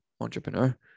entrepreneur